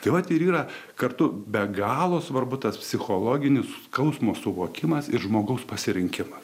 tai vat ir yra kartu be galo svarbu tas psichologinis skausmo suvokimas ir žmogaus pasirinkimas